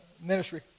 ministry